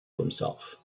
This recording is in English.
himself